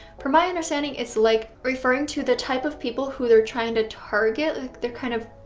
from my understanding it's like referring to the type of people who they're trying to target like their kind of